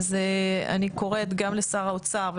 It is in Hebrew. אני קוראת גם לשר האוצר,